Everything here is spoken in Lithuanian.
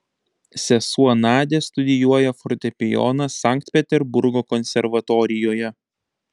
sesuo nadia studijuoja fortepijoną sankt peterburgo konservatorijoje